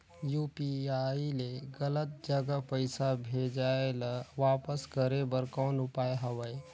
UPI ले गलत जगह पईसा भेजाय ल वापस करे बर कौन उपाय हवय?